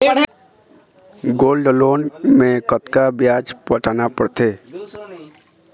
Gold loan मे कतका ब्याज पटाना पड़थे?